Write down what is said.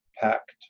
packed